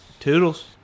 Toodles